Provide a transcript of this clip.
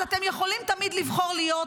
אז אתם יכולים תמיד לבחור להיות